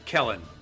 Kellen